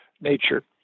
nature